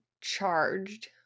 charged